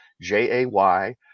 J-A-Y